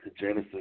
Genesis